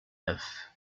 neuf